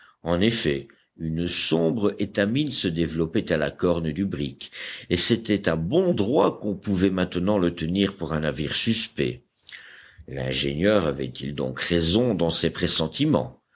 en effet une sombre étamine se développait à la corne du brick et c'était à bon droit qu'on pouvait maintenant le tenir pour un navire suspect l'ingénieur avait-il donc raison dans ses pressentiments